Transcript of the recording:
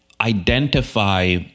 identify